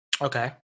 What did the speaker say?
Okay